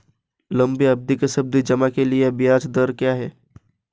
लंबी अवधि के सावधि जमा के लिए ब्याज दर क्या है?